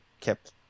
kept